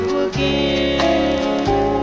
again